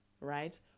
right